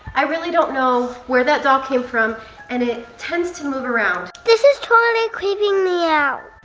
i really don't know where that doll came from and it tends to move around this is totally creeping me out.